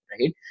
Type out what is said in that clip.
right